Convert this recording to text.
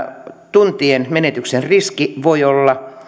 tuntien menetyksen riski voi olla